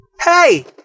hey